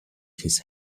his